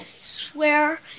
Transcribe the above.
Swear